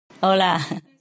Hola